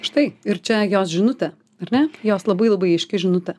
štai ir čia jos žinutė ar ne jos labai labai aiški žinutė